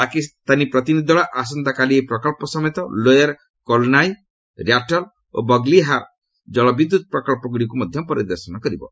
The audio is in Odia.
ପାକିସ୍ତାନୀ ପ୍ରତିନିଧି ଦଳ ଆସନ୍ତାକାଲି ଏହି ପ୍ରକଳ୍ପ ସମେତ ଲୋୟର୍ କଲ୍ନାଇଁ ର୍ୟାଟ୍ଲ୍ ଓ ବଗ୍ଲିହାର କଳ ବିଦ୍ୟୁତ୍ ପ୍ରକଳ୍ପଗୁଡ଼ିକୁ ମଧ୍ୟ ପରିଦର୍ଶନ କରିବେ